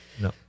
No